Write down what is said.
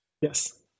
Yes